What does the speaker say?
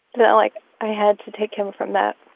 that, like, i had to take him from that